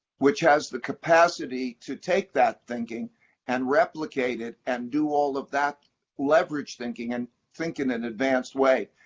which has the capacity to take that thinking and replicate it and do all of that leverage thinking, and thinking in advanced way,